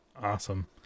Awesome